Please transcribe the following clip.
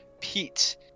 pete